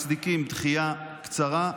מצדיקים דחייה קצרה,